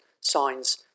signs